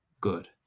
good